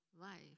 life